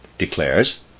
declares